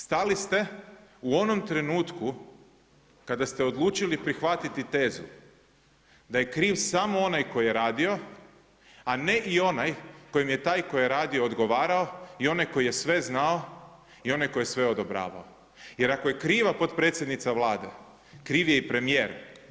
Stali ste u onom trenutku kada ste odlučili prihvatiti tezu da je kriv samo onaj koji je radio a ne i onaj kojim je taj koji je radio odgovarao i onaj koji je sve znao i onaj koji je sve odobravao jer ako je kriva potpredsjednica Vlade, kriv je i premijer.